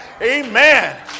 Amen